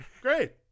great